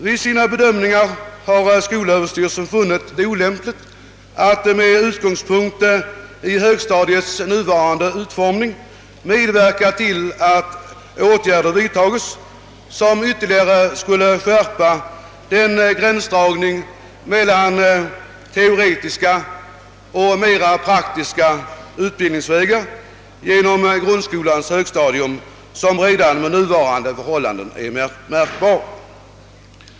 Vid sina bedömningar har skolöverstyrelsen fun nit det olämpligt att med utgångspunkt i högstadiets nuvarande utformning medverka till att åtgärder vidtages, som ytterligare skulle skärpa den gränsdragning mellan teoretiska och mera praktiska — utbildningsvägar «genom grundskolans högstadium som redan med nuvarande förhållanden är märkbar.